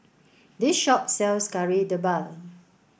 this shop sells Kari Debal